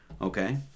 Okay